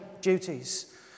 duties